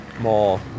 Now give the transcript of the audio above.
more